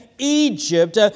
Egypt